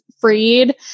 Freed